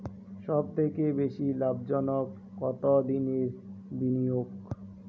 সবথেকে বেশি লাভজনক কতদিনের বিনিয়োগ?